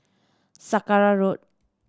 Sakra Road